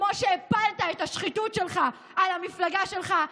וכמו שהפלת את השחיתות שלך על המפלגה שלך,